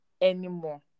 anymore